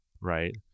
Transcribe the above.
right